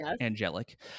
angelic